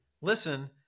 listen